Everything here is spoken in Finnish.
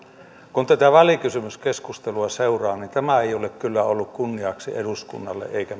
kun tätä välikysymyskeskustelua seuraa niin tämä ei ole kyllä ollut kunniaksi eduskunnalle eikä